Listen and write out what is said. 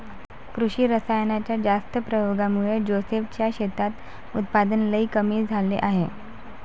कृषी रासायनाच्या जास्त प्रयोगामुळे जोसेफ च्या शेतात उत्पादन लई कमी झाले आहे